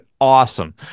awesome